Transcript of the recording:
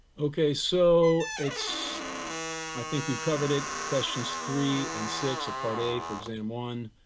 okay, so it's i think we've covered it, questions three and six of part a for exam one,